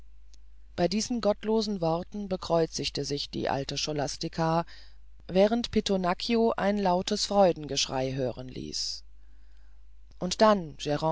bei diesen gottlosen worten bekreuzte sich die alte scholastica während pittonaccio ein lautes freudengeschrei hören ließ und dann